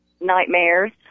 nightmares